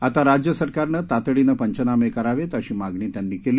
आता राज्य सरकारनं तातडीनं पंचनामे करावेत अशी मागणी त्यांनी केली